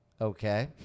Okay